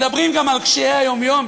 מדברים גם על קשיי היום-יום,